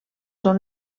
són